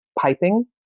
piping